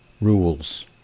rules